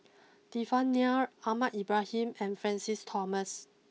Devan Nair Ahmad Ibrahim and Francis Thomas